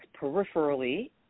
peripherally